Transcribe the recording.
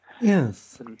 Yes